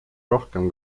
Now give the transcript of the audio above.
rohkem